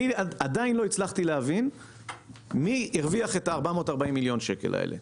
אני עדיין לא הצלחתי להבין מי הרוויח את ה-440 מיליון שקל האלה.